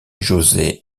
josé